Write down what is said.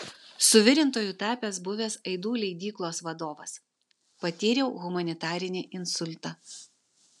suvirintoju tapęs buvęs aidų leidyklos vadovas patyriau humanitarinį insultą